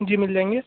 जी मिल जाएँगे